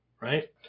right